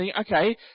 okay